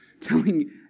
telling